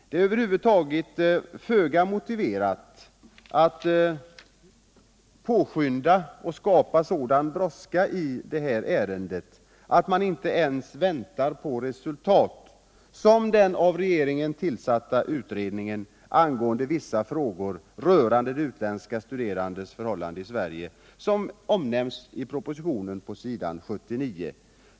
Det är över huvud taget föga motiverat att skapa sådan brådska i detta ärende att man inte ens väntar på resultat av den av regeringen tillsatta utredningen angående vissa frågor rörande de utländska studenternas förhållanden i Sverige som omnämns på s. 79 i propositionen.